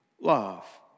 love